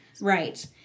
Right